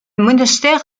monastère